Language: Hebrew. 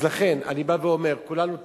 אז לכן אני בא ואומר: כולנו תורמים.